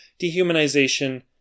dehumanization